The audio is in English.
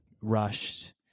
rushed